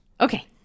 Okay